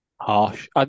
Harsh